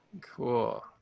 Cool